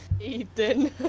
Ethan